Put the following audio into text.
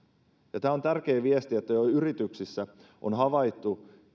tämä on tärkeä viesti että jo yrityksissä on havaittu se